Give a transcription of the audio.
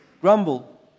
Grumble